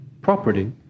property